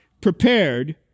prepared